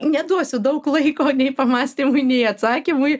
neduosiu daug laiko nei pamąstymui nei atsakymui